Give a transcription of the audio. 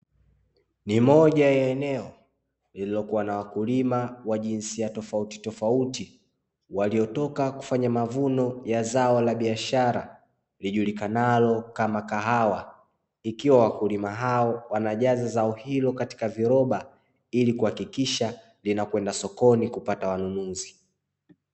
Ni moja ya eneo lililokuwa na wakulima wa jinsia tofauti tofauti waliotoka kufanya mavuno ya zao la biashara lijulikanalo kama kahawa. Ikiwa wakulima haowanajaza zao hilo katika viroba, ili kuhakikisha linakwenda sokoni kupata wanunuzi.